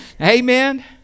Amen